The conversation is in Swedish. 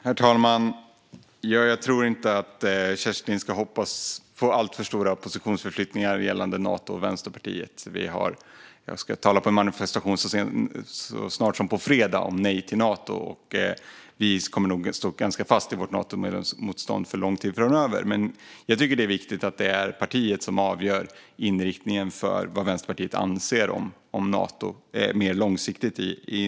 Herr talman! Jag tror inte att Kerstin Lundgren ska hoppas på alltför stora positionsförflyttningar gällande Nato och Vänsterpartiet. Jag ska tala på en manifestation så snart som på fredag om nej till Nato, och vi kommer nog att stå ganska fast i vårt Natomedlemskapsmotstånd under lång tid framöver. Men jag tycker att det är viktigt att det är partiet som inom de partiprocesser som pågår avgör inriktningen för vad Vänsterpartiet anser om Nato mer långsiktigt.